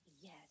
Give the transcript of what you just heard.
Yes